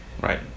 Right